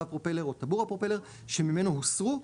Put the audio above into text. להב הפרופלר או טבור הפרופלר שממנו הוסרו,